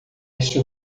este